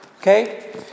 okay